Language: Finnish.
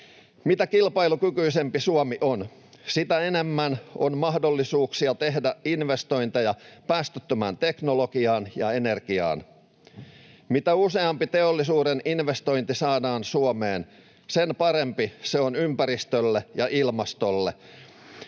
Mitä kilpailukykyisempi Suomi on, sitä enemmän on mahdollisuuksia tehdä investointeja päästöttömään teknologiaan ja energiaan. Mitä useampi teollisuuden investointi saadaan Suomeen, sen parempi se on ympäristölle ja ilmastolle.